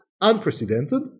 unprecedented